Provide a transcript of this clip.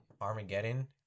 Armageddon